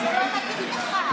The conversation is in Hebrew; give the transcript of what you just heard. זה לא מתאים לך.